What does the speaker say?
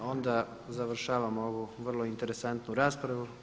Onda završavamo ovu vrlo interesantnu raspravu.